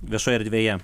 viešoj erdvėje